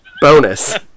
Bonus